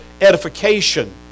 edification